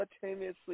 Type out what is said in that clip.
simultaneously